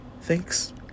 thanks